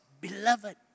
beloved